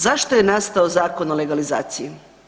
Zašto je nastao Zakona o legalizaciji?